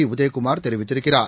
திரு உதயகுமார் தெரிவித்திருக்கிறார்